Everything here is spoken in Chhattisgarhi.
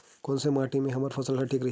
कोन से माटी से हमर फसल ह ठीक रही?